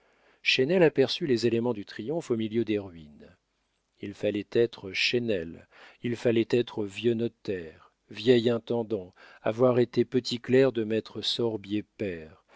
chesnel aperçut les éléments du triomphe au milieu des ruines il fallait être chesnel il fallait être vieux notaire vieil intendant avoir été petit clerc de maître